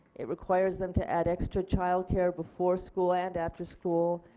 it requires them to add extra childcare before school and afterschool.